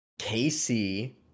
KC